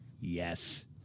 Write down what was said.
yes